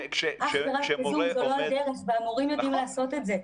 אך ורק בזום זו לא הדרך והמורים יודעים לעשות את זה.